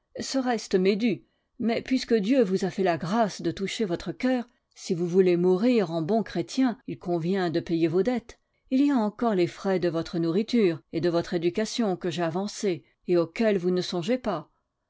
ce reste m'est dû mais puisque dieu vous a fait la grâce de toucher votre coeur si vous voulez mourir en bon chrétien il convient de payer vos dettes il y a encore les frais de votre nourriture et de votre éducation que j'ai avancés et auxquels vous ne songez pas